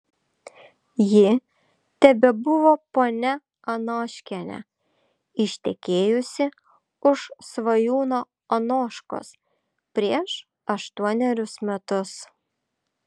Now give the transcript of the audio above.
ji tebebuvo ponia anoškienė ištekėjusi už svajūno anoškos prieš aštuonerius metus